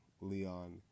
Leon